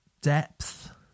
depth